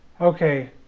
Okay